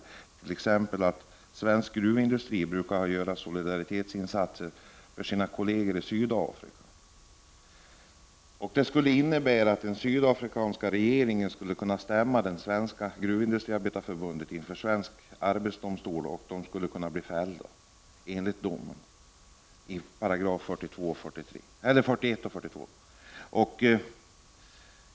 Anställda vid t.ex svensk gruvindustri brukar göra solidaritetsinsatser för sina kolleger i Sydafrika. Domen skulle innebära att den sydafrikanska regeringen skulle kunna stämma Svenska gruvindustriarbetareförbundet inför svensk arbetsdomstol och att förbundet skulle kunna bli fällt enligt 41 § och 42§.